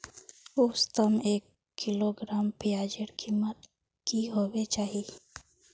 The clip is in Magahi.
औसतन एक किलोग्राम प्याजेर कीमत की होबे चही?